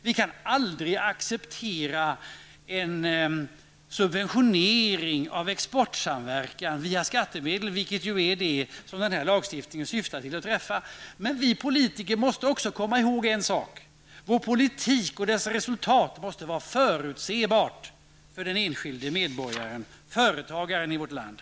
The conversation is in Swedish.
Vi kan aldrig acceptera en subventionering av exportsamverkan via skattemedel, vilket ju är vad som den här lagstiftningen syftar till. Vi politiker måste komma ihåg en sak: Politiken och resultatet av denna måste vara förutsebara för den enskilde medborgaren och för företagarna i vårt land.